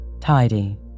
tidy